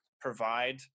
provide